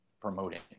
promoting